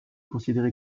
considéré